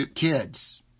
kids